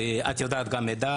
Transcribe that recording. את מכירה את המידע,